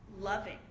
loving